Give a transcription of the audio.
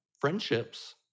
friendships